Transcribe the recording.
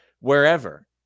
wherever